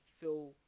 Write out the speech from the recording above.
feel